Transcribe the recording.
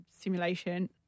simulation